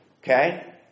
Okay